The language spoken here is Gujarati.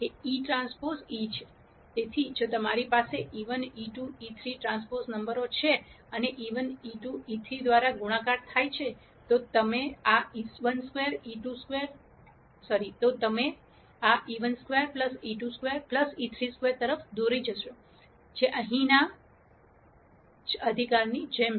તેથી જો મારી પાસે e1 e2 e3 T નંબરો છે અને e1 e2 e3 દ્વારા ગુણાકાર થાય છે તો આ e1 2 e2 2 e3 2 તરફ દોરી જશે જે અહીં આ જ અધિકારની જેમ છે